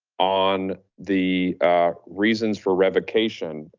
on the reasons for revocation.